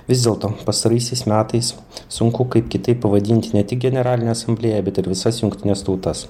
vis dėlto pastaraisiais metais sunku kaip kitaip pavadinti ne tik generalinę asamblėją bet ir visas jungtines tautas